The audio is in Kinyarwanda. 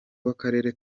w’akarere